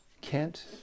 Kent